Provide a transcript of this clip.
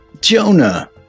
Jonah